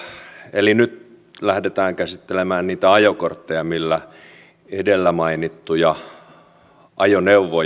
eli nyt lähdetään käsittelemään niitä ajokortteja millä edellä mainittuja ajoneuvoja